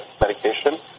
medication